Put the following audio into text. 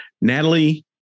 Natalie